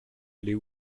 allait